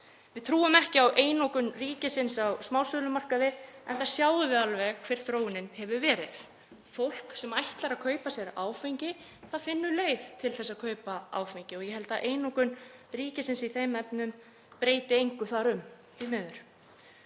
Við trúum ekki á einokun ríkisins á smásölumarkaði, enda sjáum við alveg hver þróunin hefur verið; fólk sem ætlar að kaupa sér áfengi finnur leið til þess að kaupa áfengi, og ég held að einokun ríkisins í þeim efnum breyti engu þar um, því miður.